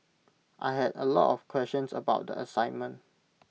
I had A lot of questions about the assignment